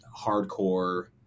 hardcore